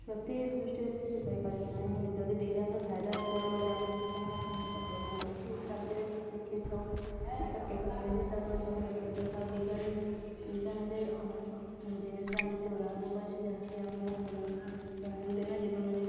କ୍ଷତି ଦୃଷ୍ଟିରେ ଆମେ କିଛି କହିପାରିବେ ନାହିଁ ଯଦି ବିଜ୍ଞାନର ଫାଇଦା ଦେଖିବାକୁ ଗଲେ ଆମକୁ ତାହା ଅନେକ ଟେକ୍ନୋଲୋଜି ହିସାବରେ ଦେଖିେଇଥାଉ ଅନେକ ଟେକ୍ନୋଲୋଜି ହିସାବରେ ଆମେ ତାକୁ ବ୍ୟବହାର କରିଥାଉ ବିଜ୍ଞାନ ବିଜ୍ଞାନରେ ଅନେକ ଜିନିଷ ଏମିତି ଉଦାହରଣ କରିଛି ଯାହାକି ଆମର ଦୈନନ୍ଦିନ ଜୀବନରେ